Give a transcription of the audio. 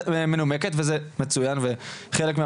ויש להם דעה מנומקת,